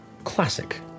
Classic